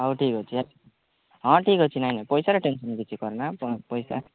ହଉ ଠିକ୍ ଅଛି ହଁ ଠିକ୍ ଅଛି ନାଇଁ ନାଇଁ ପଇସାରେ ଟେନ୍ସନ୍ କିଛି କରନା ପଇସା